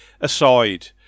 aside